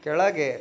ಕೆಳಗೆ